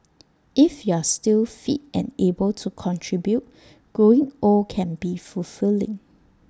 if you're still fit and able to contribute growing old can be fulfilling